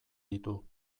ditu